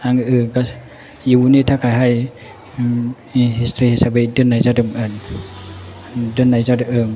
आङो इयुननि थाखाय उम हिस्ट्रि हिसाबै दोननाय जादोंमोन दोननाय जादों